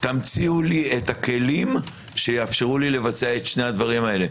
תמציאו לי את הכלים שיאפשר לי לבצע את שני הדברים האלה,